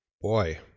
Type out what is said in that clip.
Boy